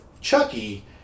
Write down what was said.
Chucky